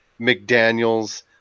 McDaniels